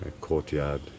courtyard